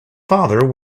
father